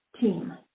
team